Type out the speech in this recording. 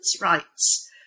rights